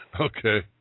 Okay